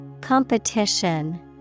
Competition